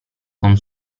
con